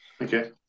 Okay